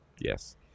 Yes